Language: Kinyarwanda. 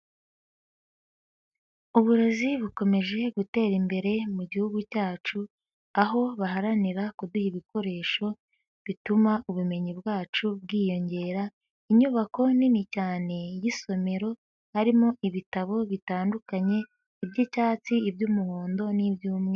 Uburezi bukomeje gutera imbere mu gihugu cyacu, aho baharanira kuduha ibikoresho bituma ubumenyi bwacu bwiyongera. Inyubako nini cyane y'isomero, harimo ibitabo bitandukanye: iby'icyatsi, iby'umuhondo n'iby'umweru.